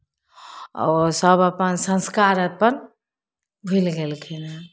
आओर सभ अपन संस्कार अपन भूलि गेलखिन हन